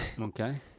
Okay